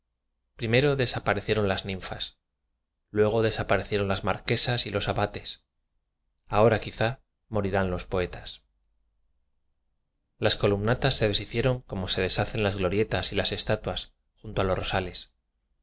primeio desaparecieron las ninfas luego des aparecieron las marquesas y los abates ahora quizá morirán los po eta s las columnatas se deshicieron como se deshacen las glorietas y las estatuas junto a los rosales